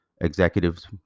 executives